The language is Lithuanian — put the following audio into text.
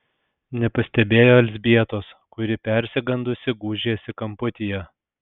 nepastebėjo elzbietos kuri persigandusi gūžėsi kamputyje